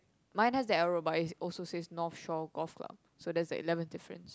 mine has the arrow but it also says North Shore Golf Club so that's the eleventh difference